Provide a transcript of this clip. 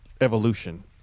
evolution